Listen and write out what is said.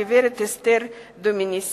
הגברת אסתר דומיניסיני,